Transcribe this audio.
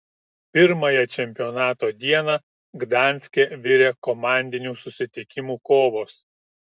pirmąją čempionato dieną gdanske virė komandinių susitikimų kovos